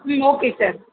ம் okay sir